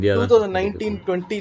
2019-20